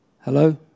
Hello